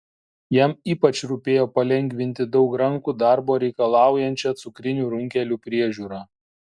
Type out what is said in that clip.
jam ypač rūpėjo palengvinti daug rankų darbo reikalaujančią cukrinių runkelių priežiūrą